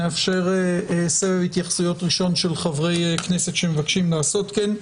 נאפשר סבב התייחסויות ראשון של חברי כנסת שמבקשים לעשות כן,